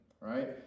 right